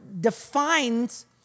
defines